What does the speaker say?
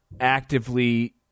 actively